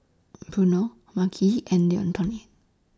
Bruno Makhi and